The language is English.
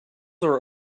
are